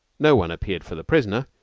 no one appeared for the prisoner,